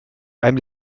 beim